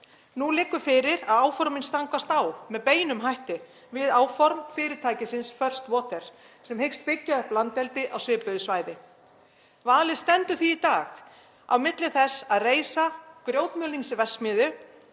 Nú liggur fyrir að áformin stangast með beinum hætti á við áform fyrirtækisins First Water sem hyggst byggja upp landeldi á svipuðu svæði. Valið stendur því í dag á milli þess að reisa grjótmulningsverksmiðju